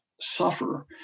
suffer